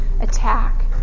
attack